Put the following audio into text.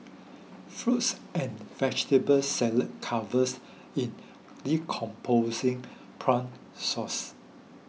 fruits and vegetable salad covered in decomposing prawn sauce